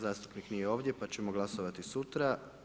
Zastupnik nije ovdje pa ćemo glasovati sutra.